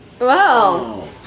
Wow